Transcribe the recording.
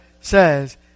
says